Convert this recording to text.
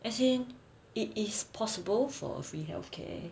as in it is possible for a free healthcare